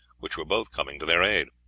which were both coming to their aid.